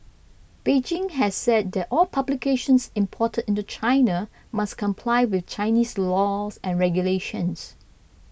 Beijing has said that all publications imported into China must comply with Chinese laws and regulations